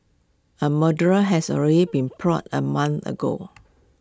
A murderer has already been plotted A month ago